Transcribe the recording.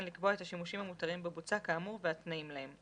לקבוע את השימושים המותרים בבוצה כאמור והתנאים להם".